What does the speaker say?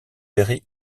péri